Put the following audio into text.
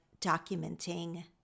documenting